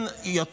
יותר מזה,